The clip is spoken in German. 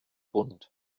bund